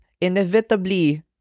inevitably